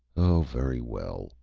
oh, very well,